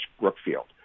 Brookfield